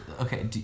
okay